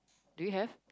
do you have